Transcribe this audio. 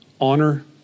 honor